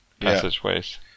passageways